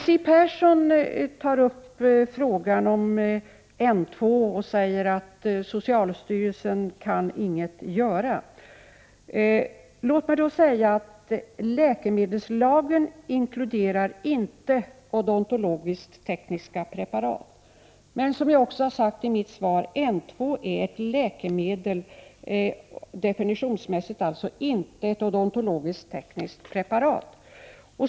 Siw Persson tog upp frågan om N 2 och sade att socialstyrelsen inte kan göra någonting. Låt mig då få säga att läkemedelslagen inte inkluderar odontologisk-tekniska preparat. Jag har redan i svaret sagt att N 2 definitionsmässigt är ett läkemedel — inte ett odontologiskt-tekniskt preparat.